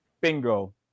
Bingo